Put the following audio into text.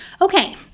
Okay